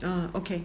um okay